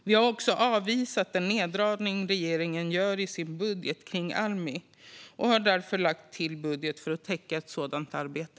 Vi har också avvisat den neddragning regeringen gör i sin budget kring Almi och har därför lagt till för att täcka ett sådant arbete.